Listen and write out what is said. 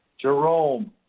Jerome